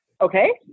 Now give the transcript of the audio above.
Okay